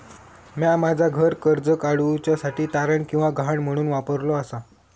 म्या माझा घर कर्ज काडुच्या साठी तारण किंवा गहाण म्हणून वापरलो आसा